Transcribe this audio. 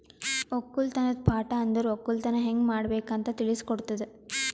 ಒಕ್ಕಲತನದ್ ಪಾಠ ಅಂದುರ್ ಒಕ್ಕಲತನ ಹ್ಯಂಗ್ ಮಾಡ್ಬೇಕ್ ಅಂತ್ ತಿಳುಸ್ ಕೊಡುತದ